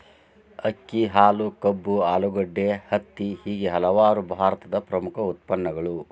ಅಕ್ಕಿ, ಹಾಲು, ಕಬ್ಬು, ಆಲೂಗಡ್ಡೆ, ಹತ್ತಿ ಹೇಗೆ ಹಲವಾರು ಭಾರತದಲ್ಲಿ ಪ್ರಮುಖ ಉತ್ಪನ್ನಗಳು